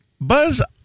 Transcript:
Buzz